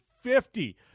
fifty